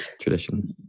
tradition